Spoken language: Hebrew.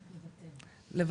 אסור לוותר ולהיכשל.